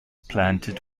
planted